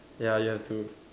ya ya true